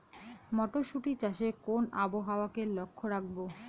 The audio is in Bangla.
মটরশুটি চাষে কোন আবহাওয়াকে লক্ষ্য রাখবো?